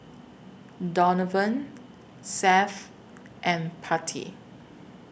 Donavon Seth and Patti